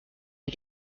wir